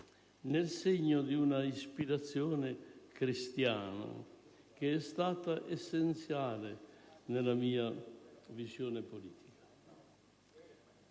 nel segno di un'ispirazione cristiana, che è stata essenziale nella mia visione politica.